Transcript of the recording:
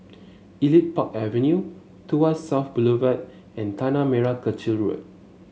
Elite Park Avenue Tuas South Boulevard and Tanah Merah Kechil Road